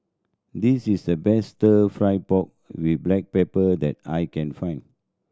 this is the best Stir Fry pork with black pepper that I can find